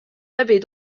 läbi